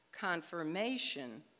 confirmation